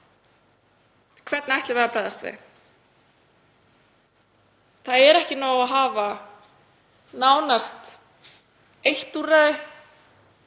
Hvernig ætlum við að bregðast við? Það er ekki nóg að hafa nánast eitt úrræði,